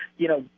you know,